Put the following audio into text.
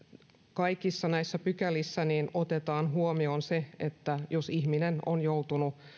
kaikissa näissä pykälissä otetaan huomioon se että jos ihminen on joutunut